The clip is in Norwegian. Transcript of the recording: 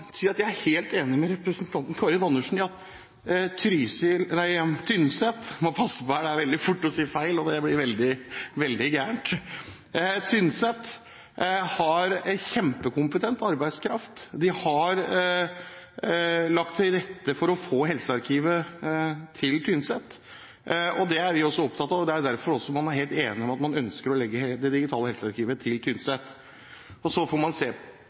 si at jeg er helt enig med representanten Karin Andersen i at Tynset har kjempekompetent arbeidskraft. De har lagt til rette for å få helsearkivet til Tynset. Det er også vi opptatt av, og det er derfor man er helt enig om at man ønsker å legge det digitale helsearkivet til Tynset. Så får man se